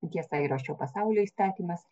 tiesa yra šio pasaulio įstatymas